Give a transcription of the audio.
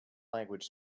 language